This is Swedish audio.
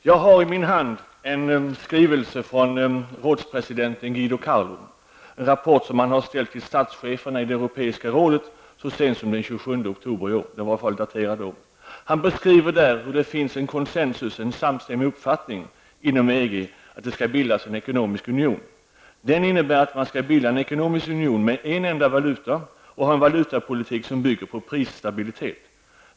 Jag har i min hand en skrivelse från rådspresidenten Guido Carli, en rapport som han har ställt till statscheferna i det europeiska rådet så sent som den Han beskriver där hur det nu inom EG finns en consensus, en samstämmig uppfattning, om att det skall bildas en ekonomisk union. Det innebär att man skall bilda en ekonomisk union med en enda valuta och ha en valutapolitik som bygger på prisstabilitet.